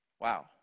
wow